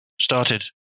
started